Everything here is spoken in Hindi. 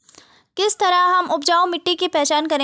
किस तरह हम उपजाऊ मिट्टी की पहचान करेंगे?